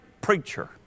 preacher